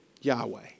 Yahweh